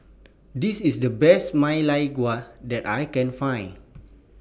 This IS The Best Ma Lai Gao that I Can Find